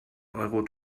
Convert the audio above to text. euro